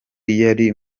yari